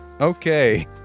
Okay